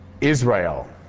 israel